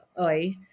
oi